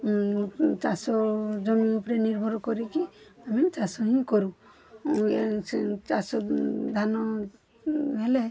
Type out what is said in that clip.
ମୁଁ ଚାଷ ଜମି ଉପରେ ନିର୍ଭର କରିକି ଆମେ ଚାଷ ହିଁ କରୁ ଚାଷ ଧାନ ହେଲେ